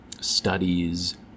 studies